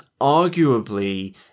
arguably